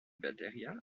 batería